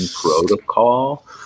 protocol